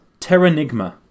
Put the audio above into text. Terranigma